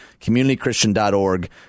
communitychristian.org